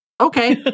Okay